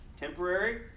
temporary